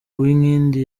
uwinkindi